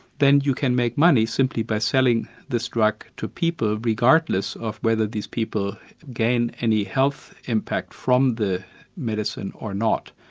then you can make money simply by selling this drug to people regardless of whether these people gain any heath impact from the medicine or not.